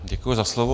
Děkuji za slovo.